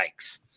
yikes